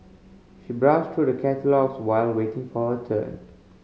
she browsed through the catalogues while waiting for her turn